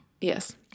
Yes